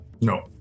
No